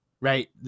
right